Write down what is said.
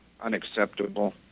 unacceptable